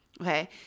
okay